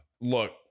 look